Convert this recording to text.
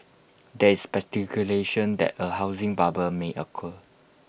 there is speculation that A housing bubble may occur